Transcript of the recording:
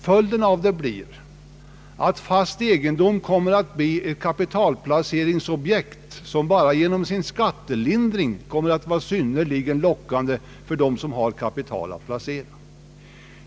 Följden blir att fast egendom kommer att bli ett kapitalplaceringsobjekt som bara genom den förmånliga beskattningen kommer att vara synnerligen lockande för dem som har kapital att placera.